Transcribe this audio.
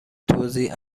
توزیع